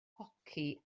hoci